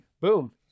boom